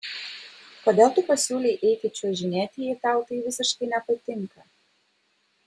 kodėl tu pasiūlei eiti čiuožinėti jei tau tai visiškai nepatinka